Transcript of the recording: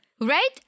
Right